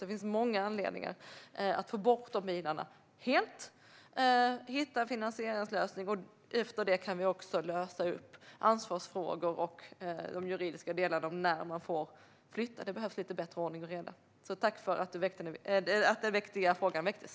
Det finns många anledningar att få bort bilarna helt och att hitta en finansieringslösning. Efter det kan vi lösa ansvarsfrågor och de juridiska delarna för när man får flytta bilarna. Det behövs lite bättre ordning och reda. Jag tackar för att frågan väcktes.